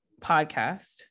podcast